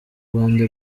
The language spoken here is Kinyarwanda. rwanda